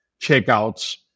checkouts